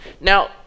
Now